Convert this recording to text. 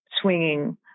swinging